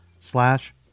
slash